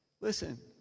Listen